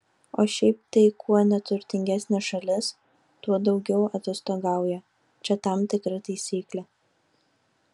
o šiaip tai kuo neturtingesnė šalis tuo daugiau atostogauja čia tam tikra taisyklė